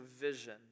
vision